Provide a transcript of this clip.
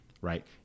Right